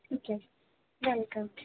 ਠੀਕ ਹੈ ਜੀ ਵੈਲਕਮ